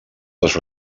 les